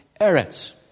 Eretz